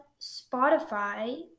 Spotify